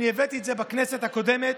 אני הבאתי את זה בכנסת הקודמת.